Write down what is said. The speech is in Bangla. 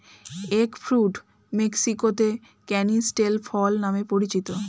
এগ ফ্রুট মেক্সিকোতে ক্যানিস্টেল ফল নামে পরিচিত